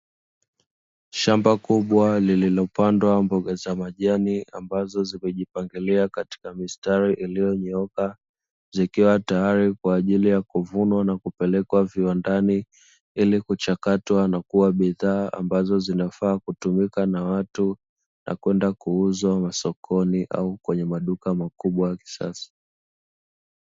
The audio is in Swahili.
Shamba kubwa lililopandwa mboga za majani ambazo zimejipangilia katika mistari iliyonyooka, bzikiwa tayari kwa ajili ya kuvunwa na kupelekwa viwandani, ili kuchakatwa na kuwa bidhaa ambazo zinafaa kutumika na watu na kwenda kuuzwa masokoni au kwenye maduka makubwa ya kisasa.